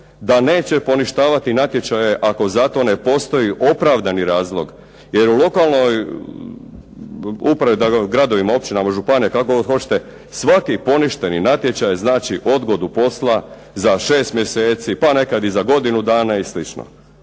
da neće poništavati natječaje ako za to ne postoji opravdani razlog, jer u lokalnoj upravi u gradovima, općinama, županijama, kako god hoćete, svaki poništeni natječaj znači odgodu posla za 6 mjeseci, pa nekad i za godinu dana i